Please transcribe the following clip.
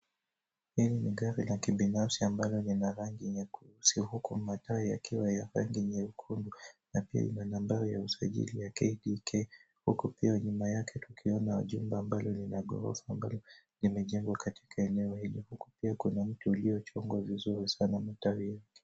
Hili ni gari la kibinafsi, ambalo lina rangi nyeusi huku mataa yakiwa ya rangi nyekundu. Na pia ina nambari ya usajili ya KDK, huku pia nyuma yake tukiona jumba ambalo lina ghorofa ambalo limejengwa katika eneo hili. Huku pia kuna mti uliochongwa vizuri sana umetariki.